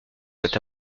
cet